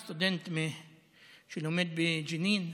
הוא סטודנט שלומד בג'נין.